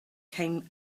came